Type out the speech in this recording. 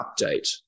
update